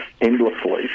endlessly